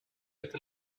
with